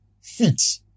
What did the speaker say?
feet